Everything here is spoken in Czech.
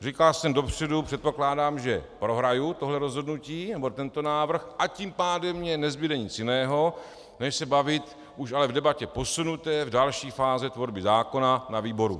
Říkal jsem dopředu, předpokládám, že prohraji tohle rozhodnutí nebo tento návrh, a tím pádem mně nezbude nic jiného než se bavit už ale v debatě posunuté, v další fázi tvorby zákona na výboru.